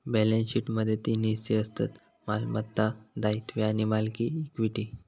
balance शीटमध्ये तीन हिस्से असतत मालमत्ता, दायित्वे आणि मालकी इक्विटी